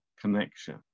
connection